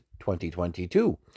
2022